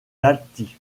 lahti